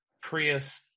Prius